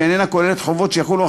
שאינה כוללת חובות שיחולו על